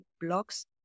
blocks